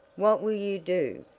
what will you do?